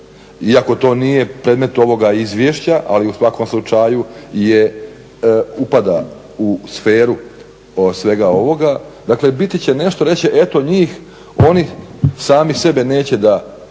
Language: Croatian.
iako to nije predmet ovoga izvješća ali u svakom slučaju upada u sferu svega ovoga, dakle biti će nešto, reći će eto njih oni sami sebe neće da